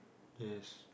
yes